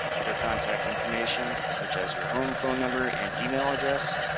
other contact information such as your home phone number and email address,